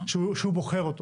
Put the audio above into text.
שהוא בוחר אותו.